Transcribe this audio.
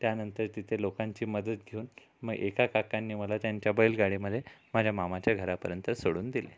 त्यानंतर तिथे लोकांची मदत घेऊन मग एका काकांनी मला त्यांच्या बैलगाडीमध्ये माझ्या मामाच्या घरापर्यंत सोडून दिले